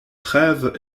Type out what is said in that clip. trèves